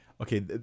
Okay